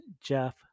Jeff